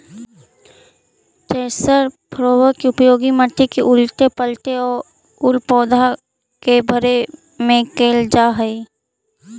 chisel plough के उपयोग मट्टी के उलऽटे पलऽटे औउर पौधा के भरे में कईल जा हई